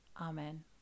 Amen